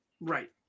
Right